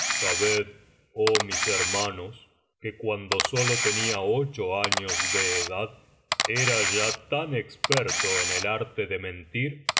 oh mis hermanos que cuando sólo tenía ocho años ele edad era ya tan experto en el arte de